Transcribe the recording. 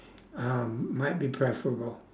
um might be preferable